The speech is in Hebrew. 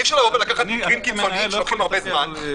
אי-אפשר לקחת מקרים קיצוניים שלוקחים הרבה זמן.